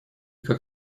как